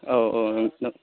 औ औ नंगौ